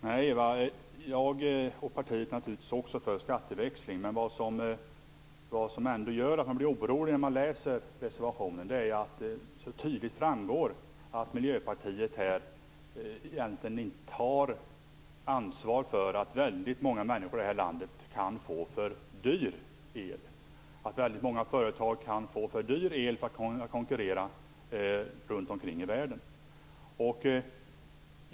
Herr talman! Eva Goës! Jag och partiet är naturligtvis också för en skatteväxling. Men det som gör att man blir orolig när man läser reservationen är att det så tydligt framgår att Miljöpartiet egentligen inte tar ansvar för att många människor i det här landet kan få för dyr el. Och många företag kan få för dyr el för att kunna konkurrera runt omkring i världen.